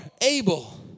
able